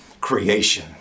creation